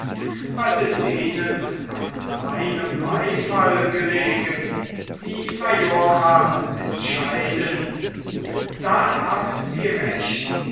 was ist ihnen an meinem beifall gelegen die majora entscheiden da haben sie recht